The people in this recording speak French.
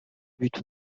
but